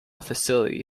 facility